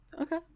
Okay